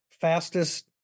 fastest